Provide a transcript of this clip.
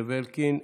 זאב אלקין.